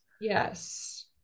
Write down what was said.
Yes